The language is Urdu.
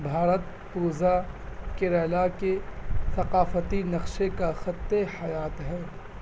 بھارت پوژا کیرالہ کے ثقافتی نقشے کا خط حیات ہے